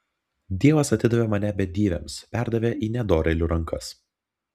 dievas atidavė mane bedieviams perdavė į nedorėlių rankas